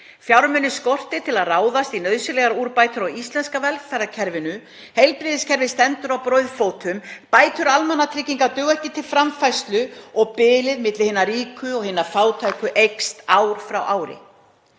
Fjármuni skortir til að ráðast í nauðsynlegar úrbætur á íslenska velferðarkerfinu. Heilbrigðiskerfið stendur á brauðfótum, bætur almannatrygginga duga ekki til framfærslu og bilið milli hinna ríku og hinna fátæku eykst ár frá ári.